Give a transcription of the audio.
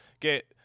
get